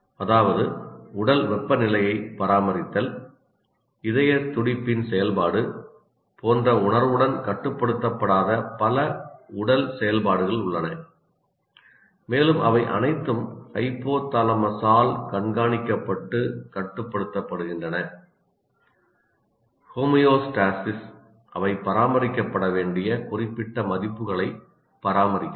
அதாவது உடல் வெப்பநிலையை பராமரித்தல் இதய துடிப்பின் செயல்பாடு போன்ற உணர்வுடன் கட்டுப்படுத்தப்படாத பல உடல் செயல்பாடுகள் உள்ளன மேலும் அவை அனைத்தும் ஹைபோதாலமஸால் கண்காணிக்கப்பட்டு கட்டுப்படுத்தப்படுகின்றன ஹோமியோஸ்டாஸிஸ் அவை பராமரிக்கப்பட வேண்டிய குறிப்பிட்ட மதிப்புகளை பராமரிக்கிறது